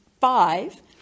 five